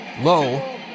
Low